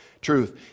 truth